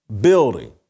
building